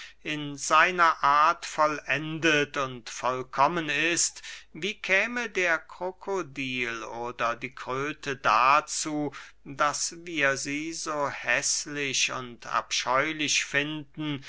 in seiner art vollendet und vollkommen ist wie käme der krokodil oder die kröte dazu daß wir sie so häßlich und abscheulich finden